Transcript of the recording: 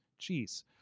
Jeez